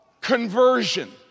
conversion